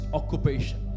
occupation